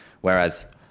whereas